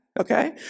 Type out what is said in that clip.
Okay